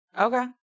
Okay